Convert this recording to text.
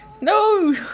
No